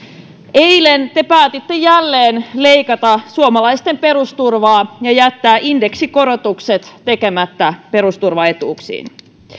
eilen te päätitte jälleen leikata suomalaisten perusturvaa ja jättää indeksikorotukset tekemättä perusturvaetuuksiin